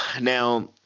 now